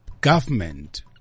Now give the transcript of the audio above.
government